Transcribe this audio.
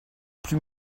plus